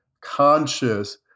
conscious